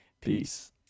Peace